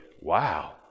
wow